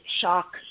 shock